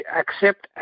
accept